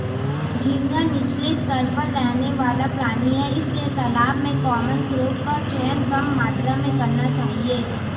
झींगा नीचले स्तर पर रहने वाला प्राणी है इसलिए तालाब में कॉमन क्रॉप का चयन कम मात्रा में करना चाहिए